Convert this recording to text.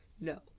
No